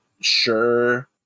sure